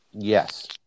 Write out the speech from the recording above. Yes